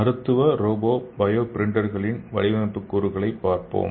மருத்துவ robo bio பிரிண்டர்களின் வடிவமைப்பு கூறுகளைப் பார்ப்போம்